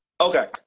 Okay